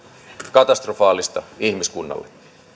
katastrofaalista ihmiskunnalle